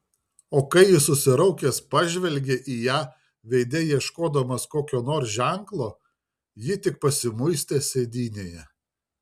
o kai jis susiraukęs pažvelgė į ją veide ieškodamas kokio nors ženklo ji tik pasimuistė sėdynėje